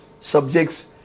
subjects